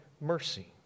mercy